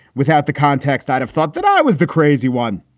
without the context, i'd have thought that i was the crazy one.